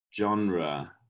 genre